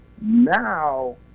now